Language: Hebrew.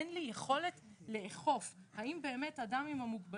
אין לי יכולת לאכוף האם באמת האדם עם המוגבלות